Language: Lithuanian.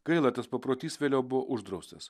gaila tas paprotys vėliau buvo uždraustas